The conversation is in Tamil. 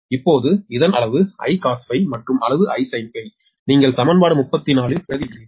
இப்போது இது அளவு Icos மற்றும் அளவு Isin நீங்கள் சமன்பாடு 34 இல் பிரதியிடுகிறீர்கள்